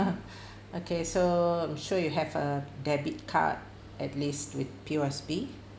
okay so I'm sure you have a debit card at least with P_O_S_B